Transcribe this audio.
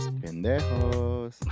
pendejos